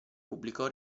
pubblicò